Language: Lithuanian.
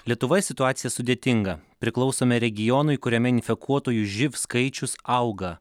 lietuvoje situacija sudėtinga priklausome regionui kuriame infekuotųjų živ skaičius auga